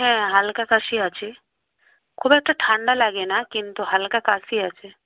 হ্যাঁ হালকা কাশি আছে খুব একটা ঠান্ডা লাগে না কিন্তু হালকা কাশি আছে